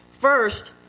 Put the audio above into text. First